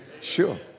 Sure